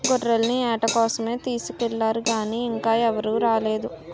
గొర్రెల్ని ఏట కోసమే తీసుకెల్లారు గానీ ఇంకా ఎవరూ రాలేదు